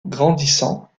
grandissant